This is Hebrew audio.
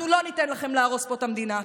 אנחנו לא ניתן לכם להרוס פה את המדינה.